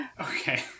Okay